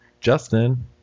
Justin